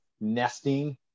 nesting